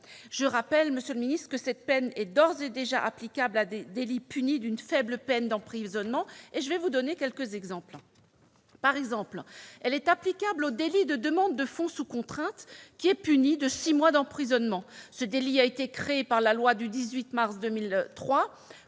je rappelle, monsieur le secrétaire d'État, que cette peine est d'ores et déjà applicable à des délits punis d'une faible peine d'emprisonnement. Voici quelques exemples : cette peine complémentaire est applicable au délit de demande de fonds sous contrainte, qui est puni de six mois d'emprisonnement. Ce délit a été créé par la loi du 18 mars 2003